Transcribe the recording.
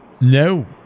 No